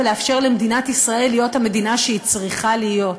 ולאפשר למדינת ישראל להיות המדינה שהיא צריכה להיות.